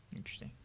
interesting.